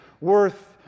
worth